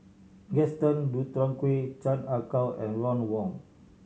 Gaston Dutronquoy Chan Ah Kow and Ron Wong